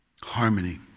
harmony